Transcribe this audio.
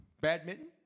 Badminton